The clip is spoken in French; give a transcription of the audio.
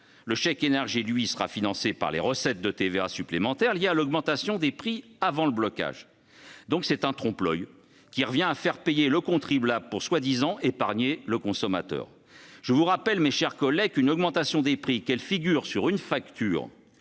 Le chèque énergie, lui, sera financé par les recettes de TVA supplémentaires liées à l'augmentation des prix avant le blocage. C'est donc un trompe-l'oeil, qui revient à faire payer le contribuable pour prétendument épargner le consommateur. Je vous rappelle, mes chers collègues, qu'une augmentation des prix, qu'elle figure sur une facture